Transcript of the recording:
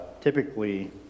Typically